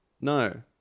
No